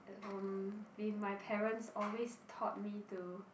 um be my parents always taught me to